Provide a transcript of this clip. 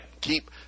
Keep